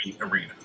arena